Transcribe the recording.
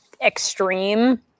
extreme